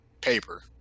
paper